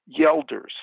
yelder's